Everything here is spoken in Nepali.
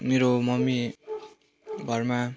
मेरो ममी घरमा